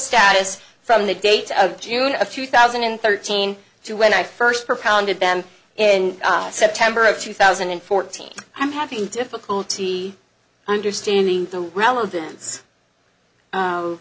status from the date of june of two thousand and thirteen to when i first propounded them in september of two thousand and fourteen i'm having difficulty understanding the relevance